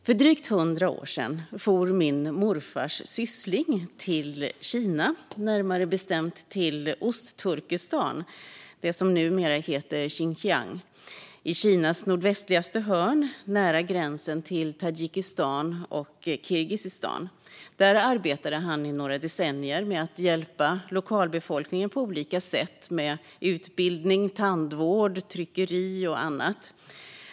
För drygt hundra år sedan for min morfars syssling till Kina, närmare bestämt till Östturkestan, det som nu heter Xinjiang, i Kinas nordvästligaste hörn, nära gränsen till Tadzjikistan och Kirgizistan. Där arbetade han i några decennier med att hjälpa lokalbefolkningen på olika sätt, med utbildning, tandvård, tryckeri och annat.